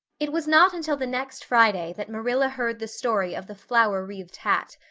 it was not until the next friday that marilla heard the story of the flower-wreathed hat.